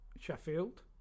Sheffield